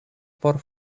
por